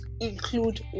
include